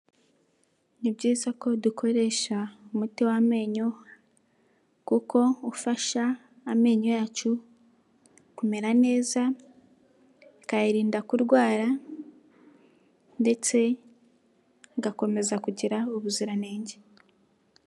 Ni byiza ko dukoresha umuti w'amenyo kuko ufasha amenyo yacu kumera neza ukayirinda kurwara ndetse agakomeza kugira ubuziranenge.